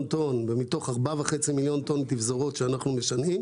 טון ומתוך 4.5 מיליון טון תפזורות שאנחנו משנעים